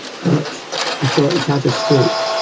but i thought he's had a stroke.